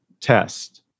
test